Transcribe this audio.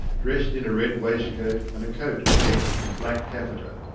dressed in a red waistcoat and a coat effect of black taffeta.